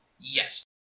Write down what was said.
Yes